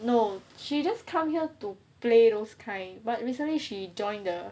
no she just come here to play those kind but recently she joined the